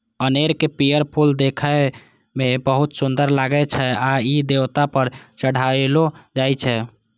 कनेरक पीयर फूल देखै मे बहुत सुंदर लागै छै आ ई देवता पर चढ़ायलो जाइ छै